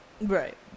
right